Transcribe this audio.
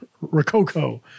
Rococo